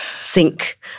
sink